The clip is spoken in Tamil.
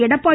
எடப்பாடி